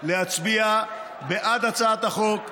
להצביע בעד הצעת החוק,